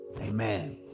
amen